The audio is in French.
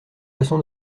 façon